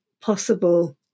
possible